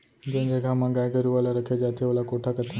जेन जघा म गाय गरूवा ल रखे जाथे ओला कोठा कथें